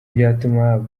byatuma